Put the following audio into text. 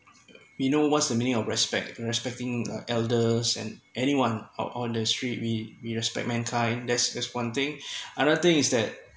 we know what's the meaning of respect respecting uh elders and anyone out on the street we we respect mankind there's there's one thing other thing is that